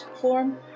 form